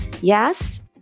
Yes